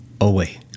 away